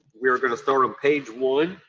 we are going to start on page one.